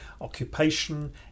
occupation